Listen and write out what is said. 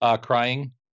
crying